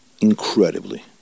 incredibly